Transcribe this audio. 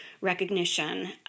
recognition